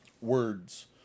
words